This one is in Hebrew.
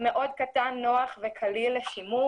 מאוד קטן, נוח וקל לשימוש.